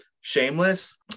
Shameless